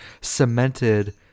cemented